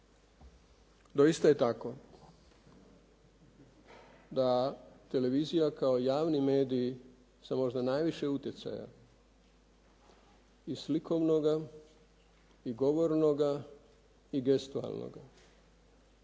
doista je tako, da televizija kao javni medij sa možda najviše utjecaja i slikovnoga i govornoga i gestualnoga